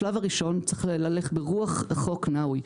השלב הראשון, צריך ללכת ברוח חוק נאווי.